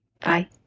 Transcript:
Bye